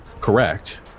correct